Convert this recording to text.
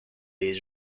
des